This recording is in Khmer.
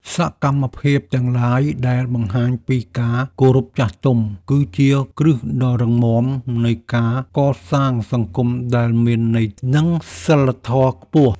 សកម្មភាពទាំងឡាយដែលបង្ហាញពីការគោរពចាស់ទុំ គឺជាគ្រឹះដ៏រឹងមាំនៃការកសាងសង្គមដែលមានវិន័យ និងសីលធម៌ខ្ពស់។